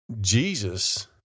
Jesus